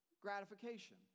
gratification